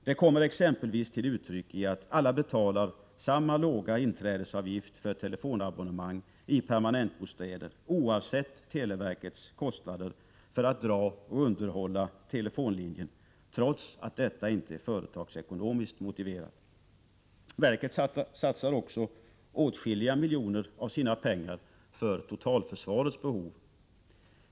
Det kommer exempelvis till uttryck i att alla betalar samma låga inträdesavgift för telefonabonnemang i permanentbostäder, oavsett televerkets kostnader för att dra och underhålla telefonlinjen, trots att detta inte är företagsekonomiskt motiverat. Verket satsar också åtskilliga miljoner av sina pengar för totalförsvarets behov.